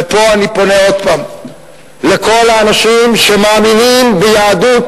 ופה אני פונה עוד הפעם לכל האנשים שמאמינים ביהדות,